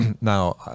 now